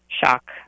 shock